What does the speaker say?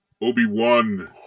Obi-Wan